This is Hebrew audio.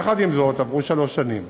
יחד עם זאת, עברו שלוש שנים.